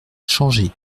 changé